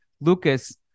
Lucas